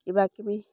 কিবাকিবি